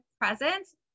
presence